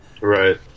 Right